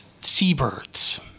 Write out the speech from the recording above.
seabirds